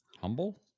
Humble